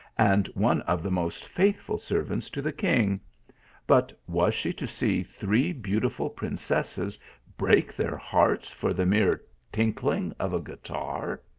and one of the most faithful servants to the king but was she to see three beautiful prin cesses break their hearts for the mere tinkling of a guitar?